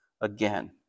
again